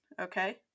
Okay